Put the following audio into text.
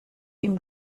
ihm